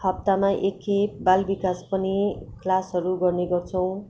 हप्तामा एक खेप बालविकास पनि क्लासहरू गर्ने गर्छौँ